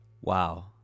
Wow